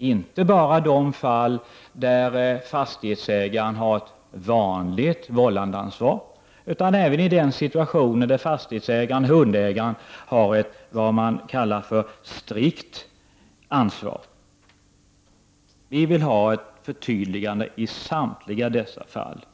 således inte bara de fall där fastighetsägaren har vanligt vållandeansvar. Det betyder att den skall gälla även i den situation där fastighetsägaren/ hundägaren har ett vad man kallar strikt ansvar. Vi vill ha ett förtydligande i samtliga dessa fall.